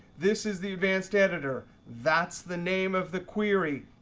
this is the advanced editor. that's the name of the query.